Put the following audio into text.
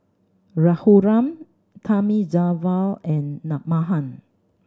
Raghuram Thamizhavel and Mahan